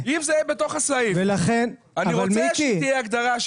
אני רוצה שתהיה הגדרה,